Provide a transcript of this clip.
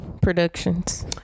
Productions